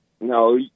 No